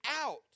out